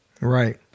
Right